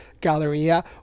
galleria